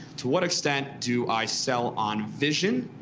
to what extent do i sell on vision,